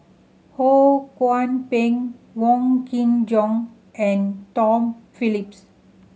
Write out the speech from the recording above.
Ho Kwon Ping Wong Kin Jong and Tom Phillips